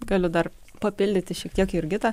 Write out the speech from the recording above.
galiu dar papildyti šiek tiek jurgitą